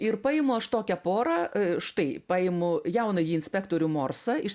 ir paimu aš tokią porą štai paimu jaunąjį inspektorių morsą iš